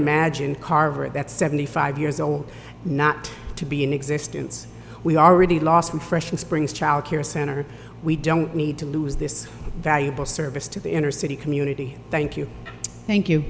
imagine carver that seventy five years old not to be in existence we already lost the freshman springs child care center we don't need to lose this valuable service to the inner city community thank you thank you